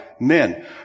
men